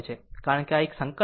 કારણ કે આ એક સંકલન છે